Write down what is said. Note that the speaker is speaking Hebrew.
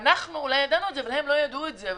אנחנו אולי ידענו את זה אבל הם לא ידעו את זה.